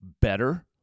better